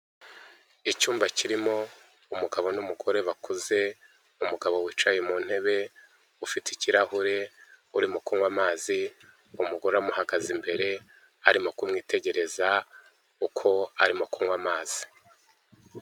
Icyumba kirimo umugabo n'umugore bakuze umugabo wicaye mu ntebe ufite ikirahure uri mu kunywa amazi, umugore amuhagaze imbere arimo kumwitegereza uko arimo kunywa amazi.